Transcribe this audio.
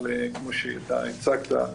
אבל כמו שאמרת,